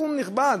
סכום נכבד.